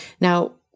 Now